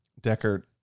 Deckard